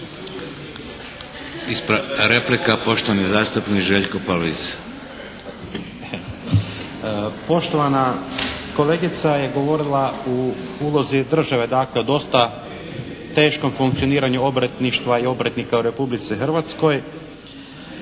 Željko Pavlic. **Pavlic, Željko (MDS)** Poštovana kolegica je govorila o ulozi države, dakle o dosta teškom funkcioniranju obrtništva i obrtnika u Republici Hrvatskoj.